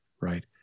right